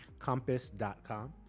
compass.com